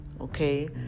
okay